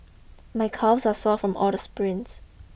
my calves are sore from all the sprints